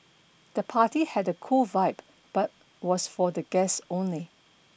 the party had a cool vibe but was for the guests only